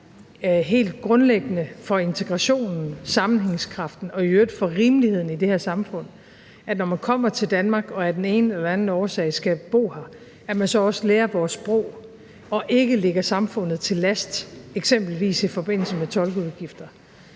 helt grundlæggende for integrationen, for sammenhængskraften og i øvrigt for rimeligheden i det her samfund, at man, når man kommer til Danmark og af den ene eller den anden årsag skal bo her, så også lærer vores sprog og ikke ligger samfundet til last i forbindelse med eksempelvis tolkeudgifter.